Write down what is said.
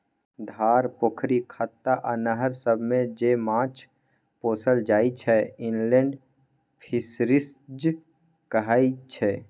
धार, पोखरि, खत्ता आ नहर सबमे जे माछ पोसल जाइ छै इनलेंड फीसरीज कहाय छै